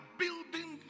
building